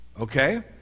Okay